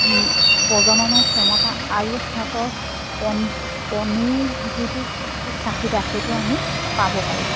প্ৰজননৰ ক্ষমতা আৰু সিহঁতৰ কণীৰ যিটো চাহিদা সেইটো আমি পাব পাৰোঁ